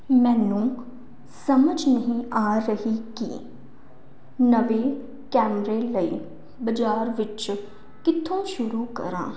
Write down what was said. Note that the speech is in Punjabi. ਮੈਨੂੰ ਸਮਝ ਨਹੀਂ ਆ ਰਹੀ ਕਿ ਨਵੇਂ ਕੈਮਰੇ ਲਈ ਬਾਜ਼ਾਰ ਵਿੱਚ ਕਿੱਥੋਂ ਸ਼ੁਰੂ ਕਰਾਂ